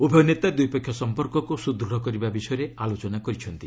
ଉଭୟ ନେତା ଦ୍ୱିପକ୍ଷିୟ ସମ୍ପର୍କକୁ ସୁଦୃତ୍ କରିବା ବିଷୟରେ ଆଲୋଚନା କରିଛନ୍ତି